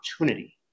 opportunity